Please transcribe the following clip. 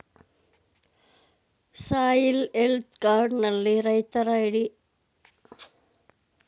soil health card ನಲ್ಲಿ ರೈತರ ಹಿಡುವಳಿ ಭೂಮಿಯ ಮಣ್ಣಿನ ಪೋಷಕಾಂಶವನ್ನು ತಿಳಿಸಿ ರೈತರಿಗೆ ತಿಳುವಳಿಕೆ ನೀಡಲಾಗುವುದು